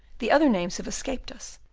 the other names have escaped us,